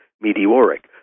meteoric